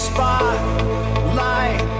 Spotlight